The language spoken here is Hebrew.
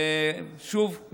ושוב,